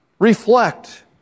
Reflect